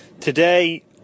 Today